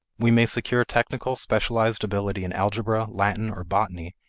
we may secure technical specialized ability in algebra, latin, or botany,